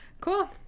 Cool